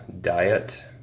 diet